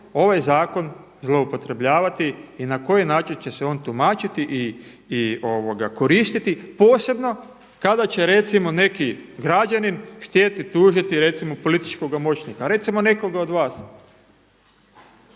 ovaj zakon zloupotrebljavati i na koji način će se on tumačiti i koristiti posebno kada će recimo neki građanin htjeti tužiti recimo političkoga moćnika, recimo nekoga od vas.